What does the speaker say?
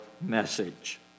message